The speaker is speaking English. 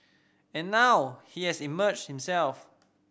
and now he has emerged himself